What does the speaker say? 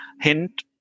hint